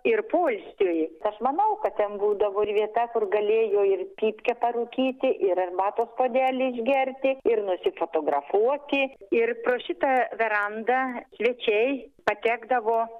ir poilsiui aš manau kad ten būdavo ir vieta kur galėjo ir pypkę parūkyti ir arbatos puodelį išgerti ir nusifotografuoti ir pro šitą verandą svečiai patekdavo